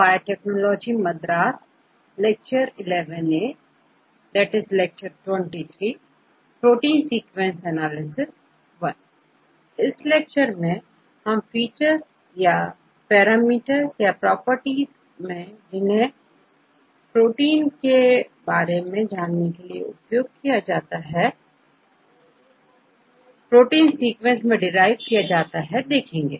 bioinformatics इस lecture में हम फीचर्स या पैरामीटर्स या प्रॉपर्टीज के बारे मेंजिन्हें प्रोटीन सीक्वेंस से डीराइव किया जाता है देखेंगे